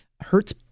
hurts